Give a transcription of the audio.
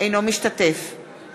אינו משתתף בהצבעה